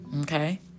okay